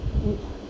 mm